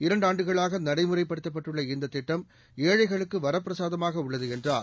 இரண்டு ஆண்டுகளாக நடைமுறைப்படுத்தப்பட்டுள்ள இந்தத் திட்டம் ஏழைகளுக்கு வரப்பிரசாதமாக உள்ளது என்றார்